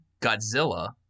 Godzilla